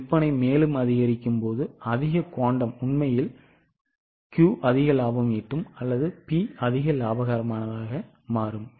மேலும் விற்பனை அதிகரிக்கும் போது அதிக குவாண்டம் உண்மையில் Q அதிக லாபம் ஈட்டும் அல்லது P அதிக லாபகரமானதாக மாறும்